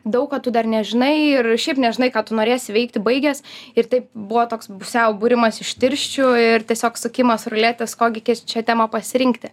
daug ko tu dar nežinai ir šiaip nežinai ką tu norėsi veikti baigęs ir taip buvo toks busiau būrimas iš tirščių ir tiesiog sukimas ruletės kokį gis čia temą pasirinkti